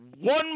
one